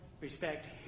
respect